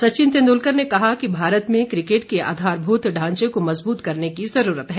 सचिन तेंदुलकर ने कहा कि भारत में किकेट के आधारभूत ढांचे को मजबूत करने की जरूरत है